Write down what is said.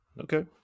okay